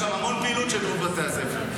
יש שם המון פעילות של חוגי בתי הספר.